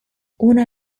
una